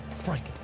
Frank